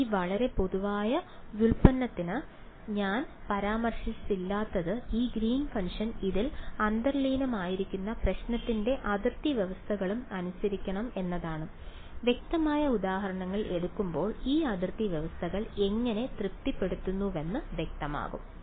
ഈ വളരെ പൊതുവായ വ്യുൽപ്പന്നത്തിൽ ഞാൻ പരാമർശിച്ചിട്ടില്ലാത്തത് ഈ ഗ്രീൻസ് ഫംഗ്ഷൻ ഇതിൽ അന്തർലീനമായിരിക്കുന്ന പ്രശ്നത്തിന്റെ അതിർത്തി വ്യവസ്ഥകളും അനുസരിക്കണം എന്നതാണ് വ്യക്തമായ ഉദാഹരണങ്ങൾ എടുക്കുമ്പോൾ ഈ അതിർത്തി വ്യവസ്ഥകൾ എങ്ങനെ തൃപ്തിപ്പെടുത്തുന്നുവെന്ന് വ്യക്തമാകും